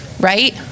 right